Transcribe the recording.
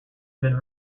been